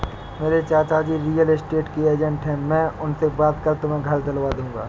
मेरे चाचाजी real estate के एजेंट है मैं उनसे बात कर तुम्हें घर दिलवा दूंगा